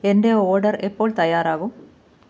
എന്റെ ഓഡർ എപ്പോൾ തയ്യാറാകും